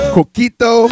Coquito